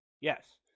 Yes